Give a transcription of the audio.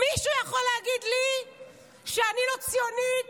מישהו יכול להגיד לי שאני לא ציונית?